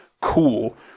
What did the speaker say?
cool